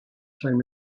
time